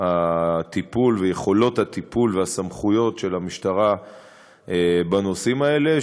הטיפול ויכולת הטיפול והסמכויות של המשטרה בנושאים האלה.